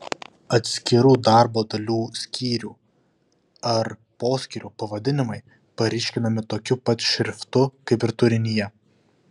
atskirų darbo dalių skyrių ar poskyrių pavadinimai paryškinami tokiu pat šriftu kaip ir turinyje